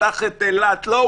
פתח את אילת" לא,